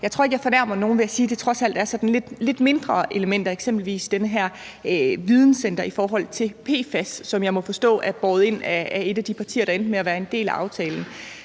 jeg tror ikke, jeg fornærmer nogen ved at sige, at det trods alt er sådan nogle lidt mindre elementer, eksempelvis det her videncenter i forhold til PFAS, som jeg må forstå er båret ind af et af de partier, der endte med at være en del af aftalen.